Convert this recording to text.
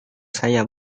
saya